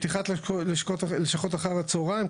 פתיחת לשכות אחר הצוהריים,